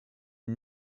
une